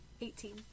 Eighteen